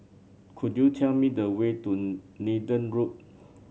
could you tell me the way to Nathan Road